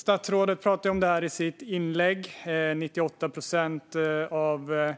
Statsrådet pratar i sitt inlägg om att 98 procent av